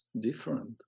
different